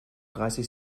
dreißig